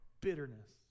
bitterness